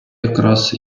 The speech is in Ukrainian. якраз